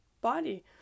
body